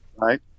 Right